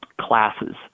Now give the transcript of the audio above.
classes